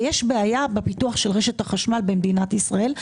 ויש בעיה בפיתוח רשת החשמל במדינת ישראל.